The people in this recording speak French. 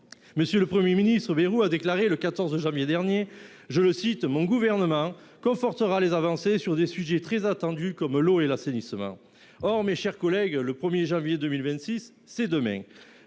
Quant au Premier ministre François Bayrou, il a déclaré le 14 janvier dernier :« Mon gouvernement confortera les avancées sur des sujets très attendus comme l’eau [et] l’assainissement. » Or, mes chers collègues, le 1 janvier 2026, c’est demain